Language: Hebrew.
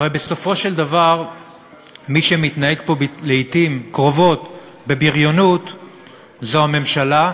הרי בסופו של דבר מי שמתנהג פה לעתים קרובות בבריונות זה הממשלה,